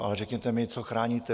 Ale řekněte mi, co chráníte?